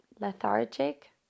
lethargic